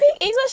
English